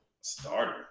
starter